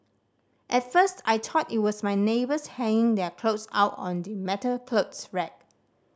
at first I thought it was my neighbours hanging their clothes out on the metal clothes rack